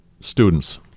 students